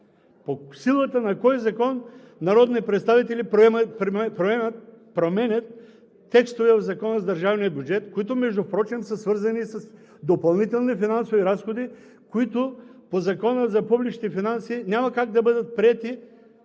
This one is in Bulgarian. По силата на кой закон народни представители променят текстове в Закона за държавния бюджет, които впрочем са свързани с допълнителни финансови разходи, които по Закона за публичните финанси няма как да бъдат приети